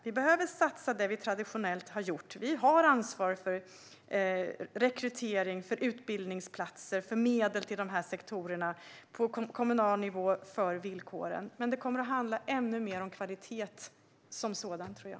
Vi behöver satsa på det vi traditionellt har gjort - vi har ansvar för rekrytering, utbildningsplatser, medel till de här sektorerna på kommunal nivå och villkoren - men det kommer att handla ännu mer om kvalitet som sådan, tror jag.